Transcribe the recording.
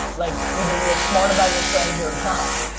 like, either you're smart about your strategy or not.